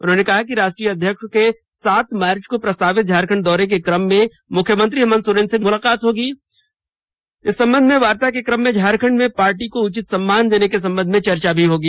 उन्होंने कहा कि राष्ट्रीय अध्यक्ष के सात मार्च को प्रस्तावित झारखंड दौरे के कम में मुख्यमंत्री हेमंत सोरेन से भी मिलेंगे उस वार्ता के कम में झारखंड में पार्टी को उचित सम्मान देने के संबंध में चर्चा होगी